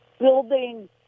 building